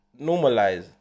normalize